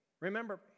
Remember